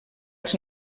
els